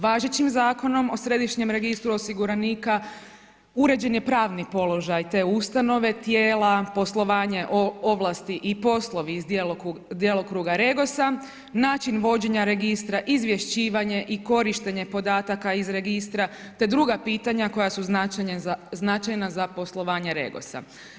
Važećim Zakonom o središnjem registru osiguranika uređen je pravni položaj te ustave, tijela, poslovanje ovlasti i poslovi iz djelokruga REGOS-a, način vođenja registra, izvješćivanje i korištenje podataka iz registra te druga pitanja koja su značajna za poslovanje REGOS-a.